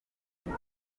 ubwo